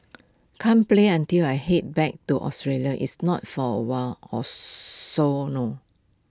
can't play until I Head back to Australia it's not for awhile so no